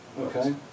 Okay